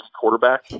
quarterback